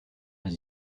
has